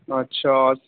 اچھا